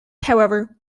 however